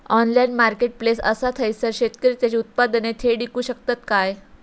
Online marketplace असा थयसर शेतकरी त्यांची उत्पादने थेट इकू शकतत काय?